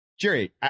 Jerry